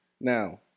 Now